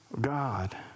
God